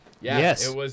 Yes